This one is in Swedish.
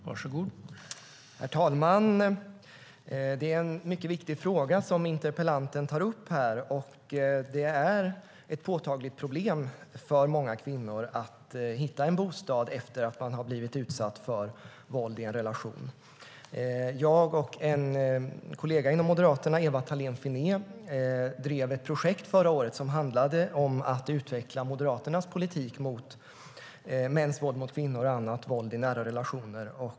Herr talman! Det är en mycket viktig fråga som interpellanten här tar upp. Det är ett påtagligt problem för många kvinnor att hitta en bostad efter att de har blivit utsatta för våld i en relation. Jag och en kollega inom Moderaterna, Ewa Thalén Finné, drev förra året ett projekt som handlade om att utveckla Moderaternas politik när det gäller bland annat mäns våld mot kvinnor och annat våld i nära relationer.